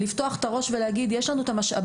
בשביל לפתוח ביחד את הראש ולהגיד: ״יש לנו את המשאבים,